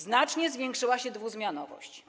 Znacznie zwiększyła się dwuzmianowość.